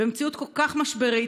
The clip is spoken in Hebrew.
במציאות כל כך משברית,